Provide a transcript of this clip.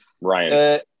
Ryan